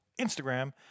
Instagram